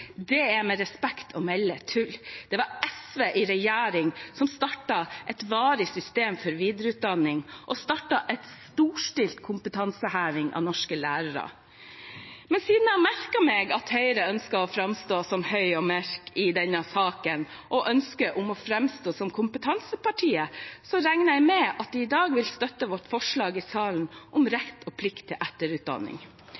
Det er – med respekt å melde – tull. Det var SV i regjering som startet et varig system for videreutdanning og en storstilt kompetanseheving av norske lærere. Men siden jeg har merket meg at Høyre ønsker å framstå som høy og mørk i denne saken og å framstå som kompetansepartiet, regner jeg med at de i dag vil støtte vårt forslag i salen om